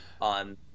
on